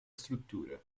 struttura